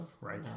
Right